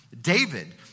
David